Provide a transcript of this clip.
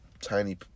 tiny